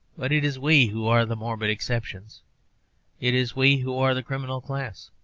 but it is we who are the morbid exceptions it is we who are the criminal class.